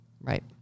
Right